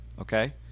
Okay